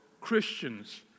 Christians